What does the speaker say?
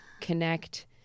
connect